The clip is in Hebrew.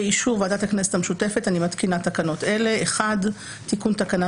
באישור ועדת הכנסת המשותפת אני מתקינה תקנות אלה: תיקון תקנה